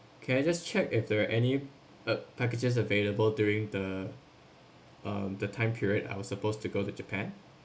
can I just check if there're any uh packages available during the um the time period I was supposed to go to japan